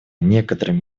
некоторыми